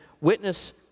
witness